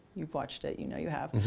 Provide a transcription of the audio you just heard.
you've watched it. you know you have.